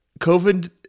covid